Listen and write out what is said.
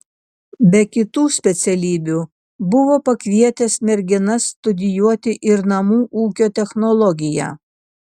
be kitų specialybių buvo pakvietęs merginas studijuoti ir namų ūkio technologiją